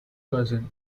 cousin